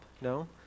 no